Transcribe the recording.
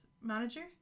manager